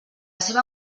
seva